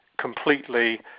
completely